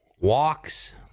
walks